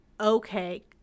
okay